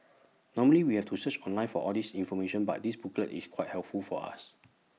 normally we have to search online for all this information but this booklet is quite helpful for us